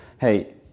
hey